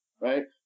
right